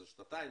זה שנתיים,